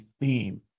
theme